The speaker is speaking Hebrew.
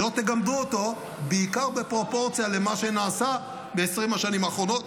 ולא תגמדו אותו בעיקר בפרופורציה למה שנעשה ב-20 השנים האחרונות.